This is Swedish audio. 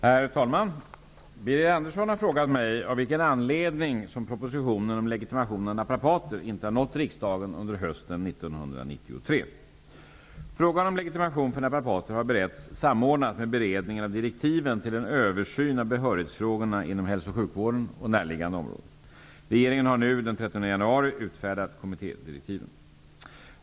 Herr talman! Birger Andersson har frågat mig av vilken anledning som propositionen om legitimation av naprater inte har nått riksdagen under hösten 1993. Frågan om legitimation för naprapater har beretts samordnat med beredningen av direktiven till en översyn av behörighetsfrågorna inom hälso och sjukvården och närliggande områden. Regeringen har nu den 13 januari utfärdat kommittédirektiven.